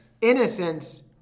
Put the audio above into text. innocence